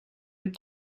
від